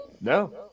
No